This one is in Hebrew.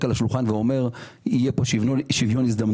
על השולחן ואומר שיהיה פה שוויון הזדמנויות.